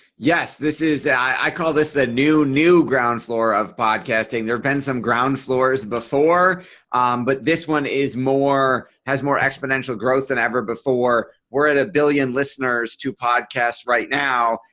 yes. this is i call this the new, new ground floor of podcasting there. been some ground floors before but this one is more has more exponential growth than ever before. we're at a billion listeners to podcasts right now.